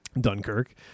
Dunkirk